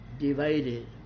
divided